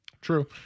True